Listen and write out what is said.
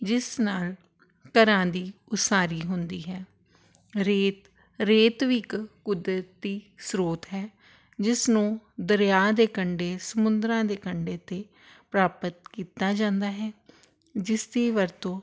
ਜਿਸ ਨਾਲ ਘਰਾਂ ਦੀ ਉਸਾਰੀ ਹੁੰਦੀ ਹੈ ਰੇਤ ਰੇਤ ਵੀ ਇੱਕ ਕੁਦਰਤੀ ਸਰੋਤ ਹੈ ਜਿਸ ਨੂੰ ਦਰਿਆ ਦੇ ਕੰਢੇ ਸਮੁੰਦਰਾਂ ਦੇ ਕੰਢੇ 'ਤੇ ਪ੍ਰਾਪਤ ਕੀਤਾ ਜਾਂਦਾ ਹੈ ਜਿਸ ਦੀ ਵਰਤੋਂ